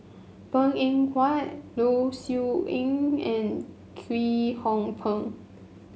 Png Eng Huat Low Siew Nghee and Kwek Hong Png